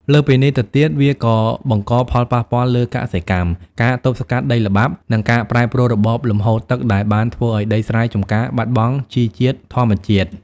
លើសពីនេះទៅទៀត វាក៏បង្កផលប៉ះពាល់លើកសិកម្ម ការទប់ស្កាត់ដីល្បាប់ និងការប្រែប្រួលរបបលំហូរទឹកដែលបានធ្វើឱ្យដីស្រែចម្ការបាត់បង់ជីជាតិធម្មជាតិ។